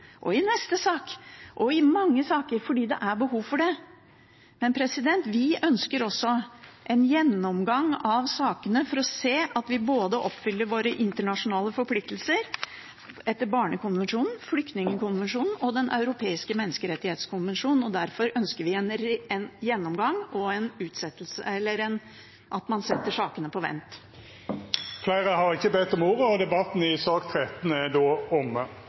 og i neste sak, og i mange saker, fordi det er behov for det. Men vi ønsker også en gjennomgang av sakene for å se at vi oppfyller våre internasjonale forpliktelser både etter barnekonvensjonen, flyktningkonvensjonen og Den europeiske menneskerettskonvensjon. Derfor ønsker vi en gjennomgang og at man setter sakene på vent. Fleire har ikkje bedt om ordet til sak nr. 13. Etter ønske frå kommunal- og forvaltningskomiteen vil presidenten ordna debatten